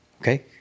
Okay